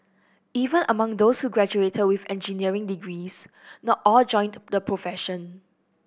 even among those who graduated with engineering degrees not all joined the profession